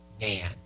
Man